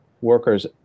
workers